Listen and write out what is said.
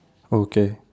okay